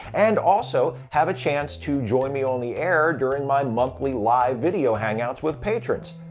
and also have a chance to join me on the air during my monthly live video hangouts with patrons.